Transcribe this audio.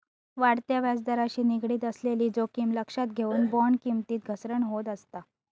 वाढत्या व्याजदराशी निगडीत असलेली जोखीम लक्षात घेऊन, बॉण्ड किमतीत घसरण होत असता